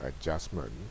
adjustment